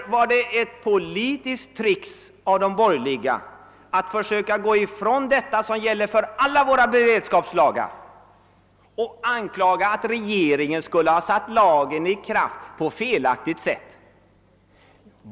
Det var därför ett politiskt trick av de borgerliga när de försökte bortse från lagens beredskapskaraktär och anklaga regeringen för att ha satt lagen i kraft på felaktigt sätt.